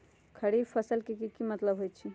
खरीफ फसल के की मतलब होइ छइ?